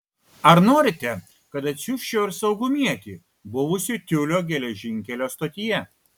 ar norite kad atsiųsčiau ir saugumietį buvusį tiulio geležinkelio stotyje